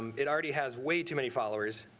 it already has way too many followers.